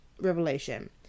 revelation